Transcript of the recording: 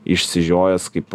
išsižiojęs kaip